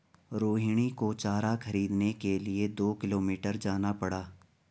रोहिणी को चारा खरीदने के लिए दो किलोमीटर जाना पड़ा